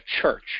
church